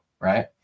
Right